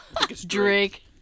Drake